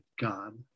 god